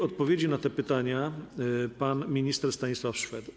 Odpowiedzi na te pytania udzieli pan minister Stanisław Szwed.